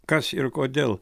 kas ir kodėl